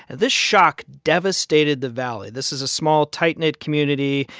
and this shock devastated the valley. this is a small, tight-knit community.